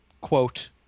quote